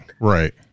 right